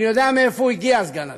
אני יודע מאיפה הוא הגיע, סגן השר,